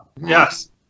Yes